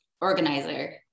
organizer